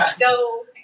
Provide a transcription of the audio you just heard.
No